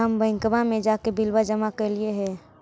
हम बैंकवा मे जाके बिलवा जमा कैलिऐ हे?